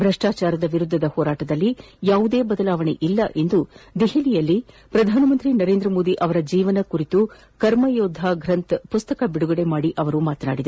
ಭ್ರಷ್ನಾಚಾರದ ವಿರುದ್ದದ ಹೋರಾಟದಲ್ಲಿ ಯಾವುದೇ ಬದಲಾವಣೆ ಇಲ್ಲ ಎಂದು ದೆಹಲಿಯಲ್ಲಿ ಪ್ರಧಾನಮಂತ್ರಿ ನರೇಂದ್ರ ಮೋದಿ ಅವರ ಜೀವನ ಕುರಿತು ಕರ್ಮಯೋದ್ದಾ ಗ್ರಂಥ್ ಪುಸ್ತಕ ಬಿಡುಗಡೆ ಮಾಡಿ ಅವರು ಮಾತನಾಡಿದರು